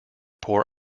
poor